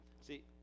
see